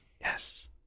Yes